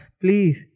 please